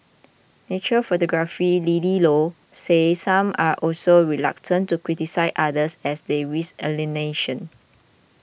nature photographer Lily Low said some are also reluctant to criticise others as they risk alienation